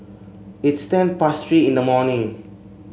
its ten past Three in the morning